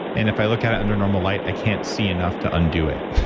and if i look at it under normal light, i can't see enough to undo it,